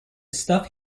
stuff